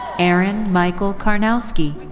aaron michael karnowski.